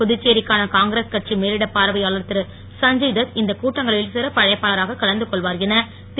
புதுச்சேரிக்கான காங்கிரஸ் கட்சி மேலிடப் பார்வையாளர் திரு சஞ்சய்தத் இந்த கூட்டங்களில் சிறப்பு அழைப்பாளராக கலந்து கொள்வார் என திரு